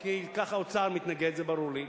כי כך האוצר מתנגד, זה ברור לי,